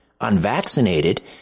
unvaccinated